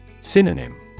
Synonym